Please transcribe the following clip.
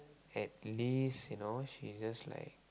at least you know she just like